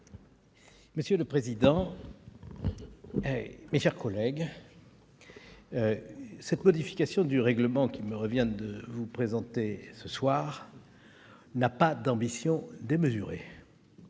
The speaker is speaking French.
Monsieur le président, mes chers collègues, la modification du règlement qu'il me revient de vous présenter ce soir n'a pas une ambition démesurée,